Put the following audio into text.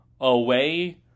away